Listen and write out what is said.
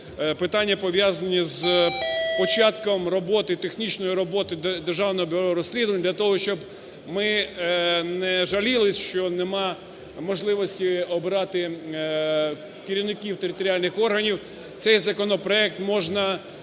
питання пов'язані з початком роботи, технічної роботи Державного бюро розслідувань для того, щоб ми не жалілись, що немає можливості обирати керівників територіальних органів. Цей законопроект можна